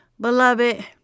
Beloved